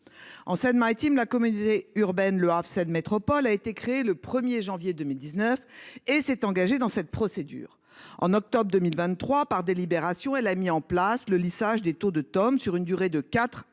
En Seine Maritime, la communauté urbaine Le Havre Seine Métropole a été créée le 1 janvier 2019 et s’est engagée dans cette procédure. En octobre 2023, par délibération, elle a mis en place le lissage des taux de Teom sur une durée de